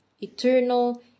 eternal